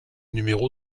numéro